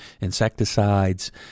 insecticides